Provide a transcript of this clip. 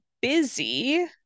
busy